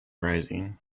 rising